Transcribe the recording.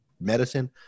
medicine –